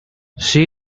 she